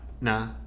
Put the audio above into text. nah